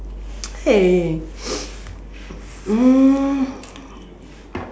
hey um